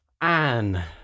Anne